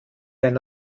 ein